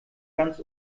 ganz